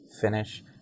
finish